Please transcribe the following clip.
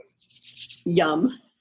Yum